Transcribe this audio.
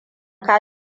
ka